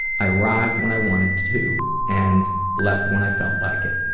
i arrived when i wanted to to and left when i felt like it.